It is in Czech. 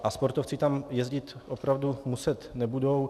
A sportovci tam jezdit opravdu muset nebudou.